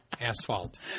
Asphalt